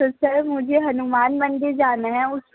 تو سر مجھے ہنومان مندر جانا ہے اس